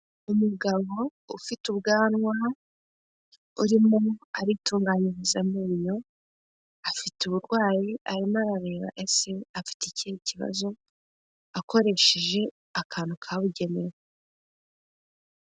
Umugabo ufite ubwanwa urimo aritunganyiriza amenyo, afite uburwayi arimo arareba ese afite ikihe kibazo? Akoresheje akantu kabugenewe.